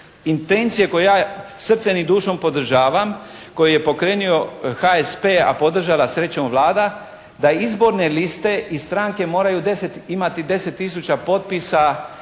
intencije koju ja srcem i dušom podržavam, koju je pokrenuo HSP, a podržala srećom Vlada da izborne liste i stranke moraju imati 10 tisuća potpisa